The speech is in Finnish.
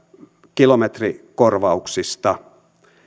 kilometrikorvauksista